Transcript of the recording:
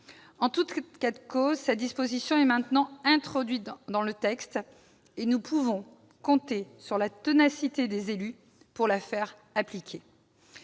En tout état de cause, cette disposition est maintenant introduite dans le texte, et nous pouvons compter sur la ténacité des élus pour la faire appliquer.